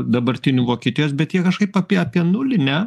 dabartinių vokietijos bet jie kažkaip apie apie nulį ne